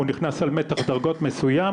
הוא נכנס על מתח דרגות מסוים,